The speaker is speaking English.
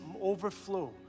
overflow